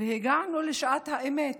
והגענו לשעת האמת,